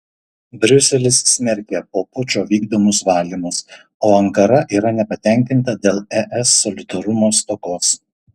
briuselis smerkia po pučo vykdomus valymus o ankara yra nepatenkinta dėl es solidarumo stokos